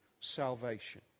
salvation